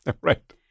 Right